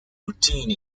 routine